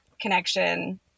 connection